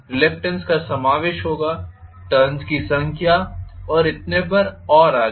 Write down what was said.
reluctance का समावेश होगा टर्न्स की संख्या और इतने पर और आगे